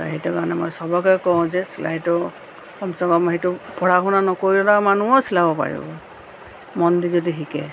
ত' সেইটো কাৰণে মই চবকে কওঁ যে চিলাইটো কমচে কম সেইটো পঢ়া শুনা নকৰা মানুহেও চিলাব পাৰিব মন দি যদি শিকে